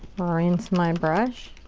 rinse my and brush.